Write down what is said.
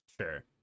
Sure